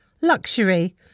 luxury